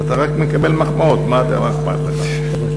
אתה רק מקבל מחמאות, מה אכפת לך?